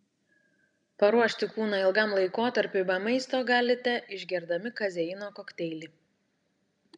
paruošti kūną ilgam laikotarpiui be maisto galite išgerdami kazeino kokteilį